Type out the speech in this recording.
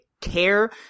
care